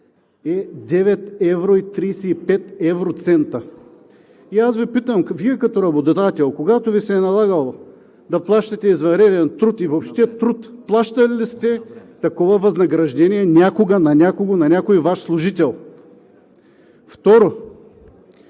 е 9 евро 35 евроцента! И аз Ви питам: Вие, като работодател, когато Ви се е налагало да плащате извънреден труд, и въобще труд, плащали ли сте такова възнаграждение някога на някого, на някой Ваш служител? Второ,